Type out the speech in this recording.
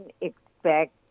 expect